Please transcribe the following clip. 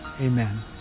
Amen